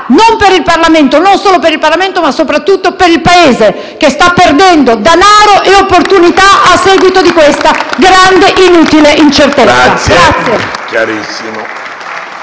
non per il Parlamento, non solo per il Parlamento, ma soprattutto per il Paese, che sta perdendo danaro e opportunità a seguito di questa grande e inutile incertezza.*(Applausi